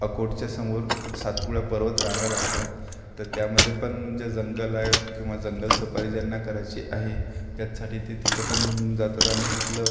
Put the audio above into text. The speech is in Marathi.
अकोटच्यासमोर सातपुडा पर्वतरांगा लागतात तर त्यामध्ये पण जे जंगल आहे किंवा जंगल सफारी ज्यांना करायची आहे त्याचसाठी ते तिथं पण जातात आणि तिथलं